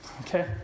Okay